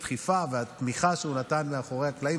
על הדחיפה והתמיכה שהוא נתן מאחורי הקלעים,